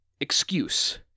excuse